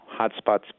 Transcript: hotspots